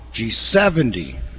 G70